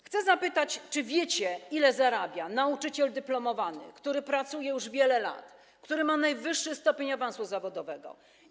Chcę zapytać, czy wiecie, ile zarabia nauczyciel dyplomowany, który pracuje już wiele lat, który ma najwyższy stopień awansu zawodowego.